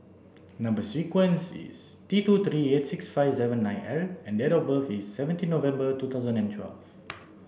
number sequence is T two three eight six five seven nine L and date of birth is seventeen November two thousand and twelfth